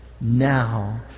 now